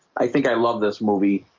i think i love this movie